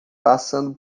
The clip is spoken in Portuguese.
passando